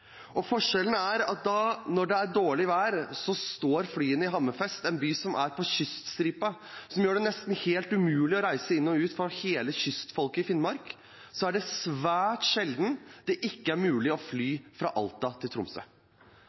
og forskjellen er at når det er dårlig vær, står flyene i Hammerfest, en by som ligger ved kyststripen, og som gjør det nesten helt umulig å reise inn og ut for hele kystfolket i Finnmark. Det er svært sjelden det ikke er mulig å fly fra Alta til Tromsø.